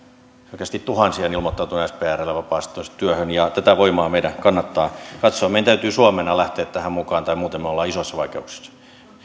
oikeasti tuhansia on ilmoittautunut sprlle vapaaehtoistyöhön ja tätä voimaa meidän kannattaa katsoa meidän täytyy suomena lähteä tähän mukaan tai muuten me olemme isoissa vaikeuksissa